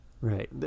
right